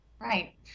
Right